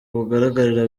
bugaragarira